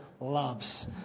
loves